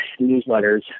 newsletters